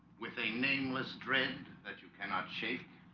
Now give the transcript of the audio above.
with a nameless dread that you cannot shake